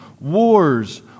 Wars